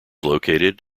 located